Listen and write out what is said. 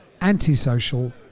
antisocial